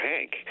Hank